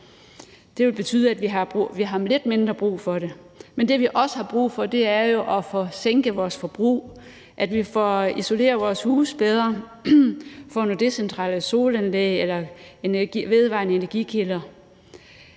Det vil betyde, at vi har lidt mindre brug for det. Men det, vi også har brug for, er jo at få sænket vores forbrug, at vi får isoleret vores huse bedre, får nogle decentrale solanlæg eller andre vedvarende energikilder.